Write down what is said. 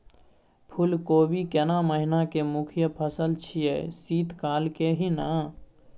फुल कोबी केना महिना के मुखय फसल छियै शीत काल के ही न?